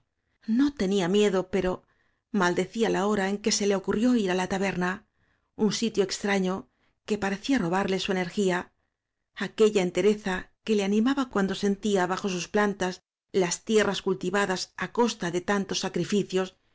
no tenía miedo pero maldecíala hora en que se le ocurrió ir á la taberna un sitio extraño que parecía robarle su energía aquella entereza que le animaba cuando sentía bajo sus plantas las tie rras cultivadas á costa de tantos sacrificios